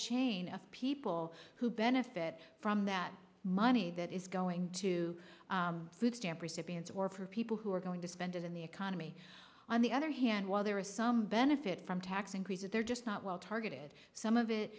chain of people who benefit from that money that is going to food stamp recipients or people who are going to spend it in the economy on the other hand while there is some benefit from tax increases they're just not well targeted some of it